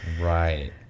Right